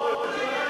נתקבלה.